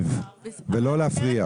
להקשיב ולא להפריע.